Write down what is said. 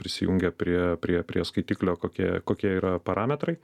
prisijungę prie prie prie skaitiklio kokie kokie yra parametrai